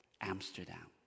Amsterdam